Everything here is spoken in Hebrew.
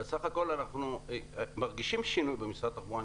אני חייב לציין שבסך הכול אנחנו מרגישים שינוי במשרד התחבורה.